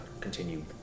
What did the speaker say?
continue